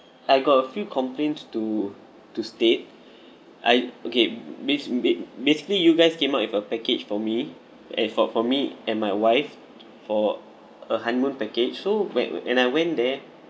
I got a few complaints to to state I okay bas~ ba~ basically you guys came up with a package for me and for for me and my wife for a honeymoon package so whe~ wh~ when I went there